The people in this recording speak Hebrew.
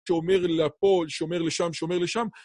שומר לפה, שומר לשם, שומר לשם.